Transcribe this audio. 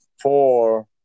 four